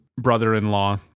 brother-in-law